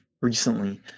recently